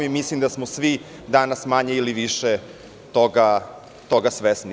Mislim da smo svi danas manje ili više toga svesni.